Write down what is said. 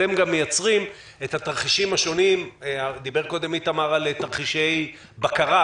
אתם גם מייצרים את התרחישים השונים - דיבר קודם איתמר על תרחישי בקרה,